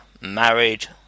married